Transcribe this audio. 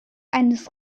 eines